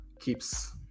keeps